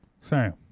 sam